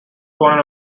conan